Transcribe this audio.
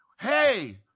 hey